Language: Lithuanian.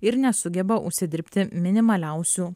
ir nesugeba užsidirbti minimaliausių